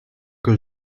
que